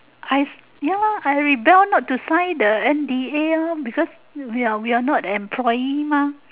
I ya lah I rebel lah to sign the N_D_A lor because we are we are not employee mah